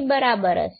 A બરાબર 0 હશે